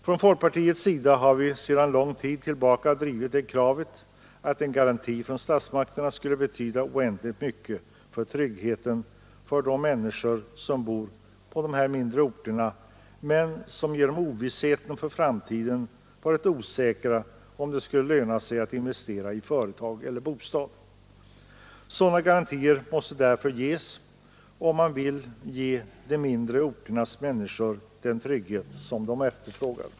Från folkpartiets sida har vi sedan lång tid tillbaka drivit den linjen, att en garanti från statsmakterna skulle betyda oändligt mycket för tryggheten för de människor som bor på dessa mindre orter men som genom ovissheten för framtiden varit osäkra om huruvida det skulle löna sig att investera i företag eller bostad där. Sådana garantier måste därför lämnas, om man vill ge de mindre orternas människor den trygghet som de efterfrågar.